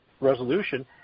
resolution